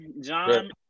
John